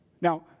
Now